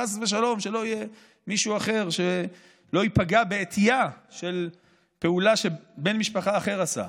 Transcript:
חס ושלום שלא יהיה מישהו אחר שייפגע בעטייה של פעולה שבן משפחה אחר עשה.